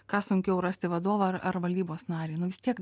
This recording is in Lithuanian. ką sunkiau rasti vadovą ar ar valdybos narį nu vis tiek